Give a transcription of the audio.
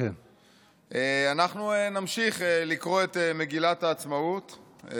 אנחנו נמשיך לקרוא את מגילת העצמאות,